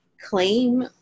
claim